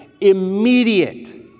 immediate